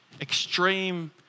Extreme